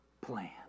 plan